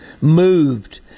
moved